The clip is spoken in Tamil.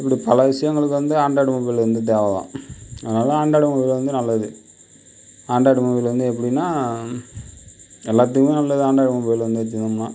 இப்படி பல விசயங்களுக்கு வந்து ஆண்ட்ராய்டு மொபைல் வந்து தேவைதான் அதனால் ஆண்ட்ராய்டு மொபைல் வந்து நல்லது ஆண்ட்ராய்டு மொபைல் வந்து எப்புடினா எல்லாத்துக்கும் நல்லது ஆன்ட்ராய்டு மொபைல்